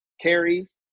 carries